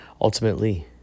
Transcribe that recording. Ultimately